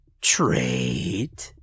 trade